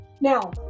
Now